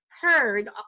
heard